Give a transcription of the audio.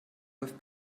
läuft